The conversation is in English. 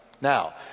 Now